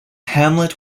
hamlet